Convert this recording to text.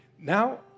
Now